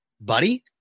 buddy